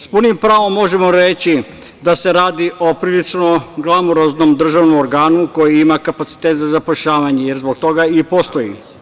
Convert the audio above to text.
S punim pravom možemo reći da se radi o prilično glamuroznom državnom organu koji ima kapacitet za zapošljavanje, jer zbog toga i postoji.